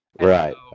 Right